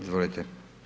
Izvolite.